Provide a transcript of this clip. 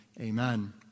Amen